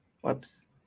Whoops